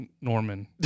Norman